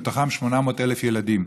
מהם 800,000 ילדים.